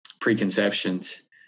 preconceptions